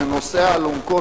ונושאי האלונקות,